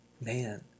man